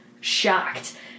shocked